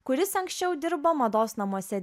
kuris anksčiau dirbo mados namuose